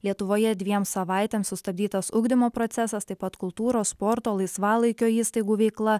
lietuvoje dviems savaitėms sustabdytas ugdymo procesas taip pat kultūros sporto laisvalaikio įstaigų veikla